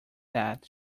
that